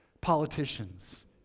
politicians